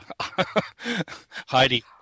Heidi